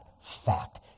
fact